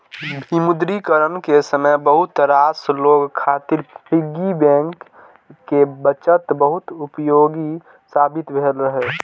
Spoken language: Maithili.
विमुद्रीकरण के समय बहुत रास लोग खातिर पिग्गी बैंक के बचत बहुत उपयोगी साबित भेल रहै